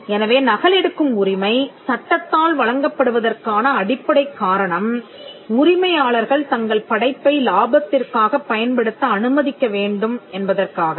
எனவே நகலெடுக்கும் உரிமை சட்டத்தால் வழங்கப்படுவதற்கான அடிப்படைக் காரணம் உரிமையாளர்கள் தங்கள் படைப்பை லாபத்திற்காக பயன்படுத்த அனுமதிக்க வேண்டும் என்பதற்காகவே